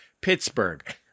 Pittsburgh